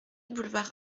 boulevard